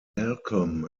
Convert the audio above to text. malcolm